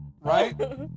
right